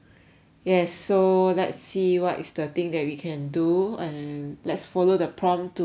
yes so let's see what is the thing that we can do and let's follow the prompt to